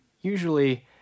usually